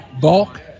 bulk